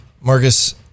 Marcus